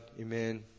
Amen